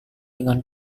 dengan